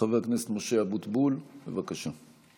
חבר הכנסת משה אבוטבול, בבקשה.